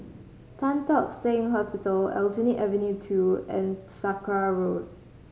Tan Tock Seng Hospital Aljunied Avenue Two and Sakra Road